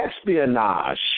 espionage